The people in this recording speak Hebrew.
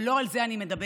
אבל לא על זה אני מדברת.